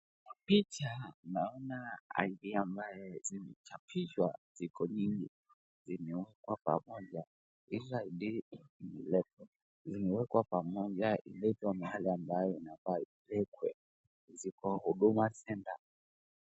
Picha naona ID ambazo zimechapishwa ziko mingi, zimewekwa pamoja, zimewekwa pamoja zimewekwa mahali ambayo inafaa ziwekwe, ziko huduma centre .